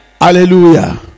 Hallelujah